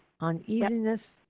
uneasiness